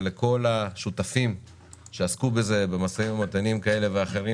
לכל השותפים שעסקו בזה במשאים ומתנים כאלה ואחרים,